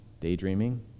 daydreaming